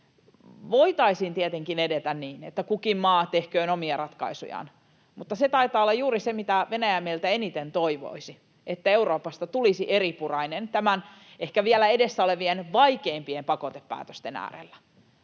Voitaisiin tietenkin edetä niin, että kukin maa tehköön omia ratkaisujaan, mutta se taitaa olla juuri se, mitä Venäjä meiltä eniten toivoisi, että Euroopasta tulisi eripurainen näiden ehkä vielä edessä olevien vaikeimpien pakotepäätösten äärellä.